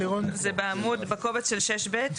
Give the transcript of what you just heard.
בקובץ של 6(ב),